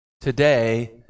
Today